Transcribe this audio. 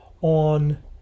on